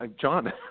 John